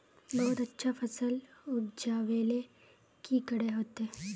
बहुत अच्छा फसल उपजावेले की करे होते?